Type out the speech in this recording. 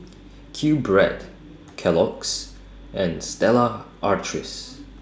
QBread Kellogg's and Stella Artois